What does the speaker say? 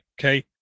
okay